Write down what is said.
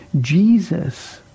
Jesus